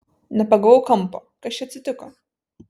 nepagavau kampo kas čia atsitiko